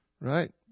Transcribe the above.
right